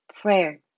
prayer